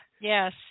Yes